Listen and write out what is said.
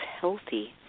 healthy